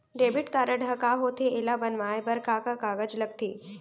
Debit card ह का होथे एला बनवाए बर का का कागज लगथे?